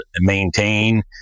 maintain